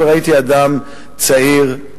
וראיתי אדם צעיר,